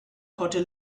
hotel